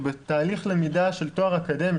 הוא בתהליך למידה של תואר אקדמי,